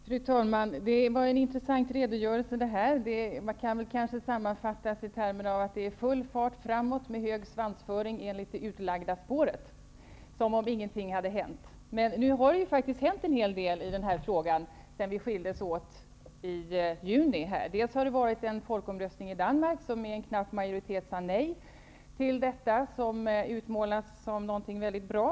Fru talman! Det var en intressant redogörelse. Den kan sammanfattas i termerna att det är full fart framåt med hög svansföring enligt det utlagda spåret, som om ingenting hade hänt. Men nu har det hänt en hel del i den här frågan sedan vi skildes åt i juni. Dels har det varit en folkomröstning i Danmark, som med knapp majoritet sade nej till detta, som utmålas som något mycket bra.